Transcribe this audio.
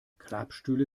klappstühle